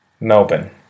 Melbourne